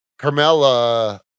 Carmella